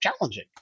challenging